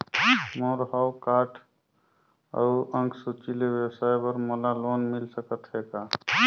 मोर हव कारड अउ अंक सूची ले व्यवसाय बर मोला लोन मिल सकत हे का?